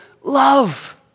love